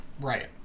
Right